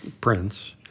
Prince